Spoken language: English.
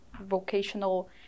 vocational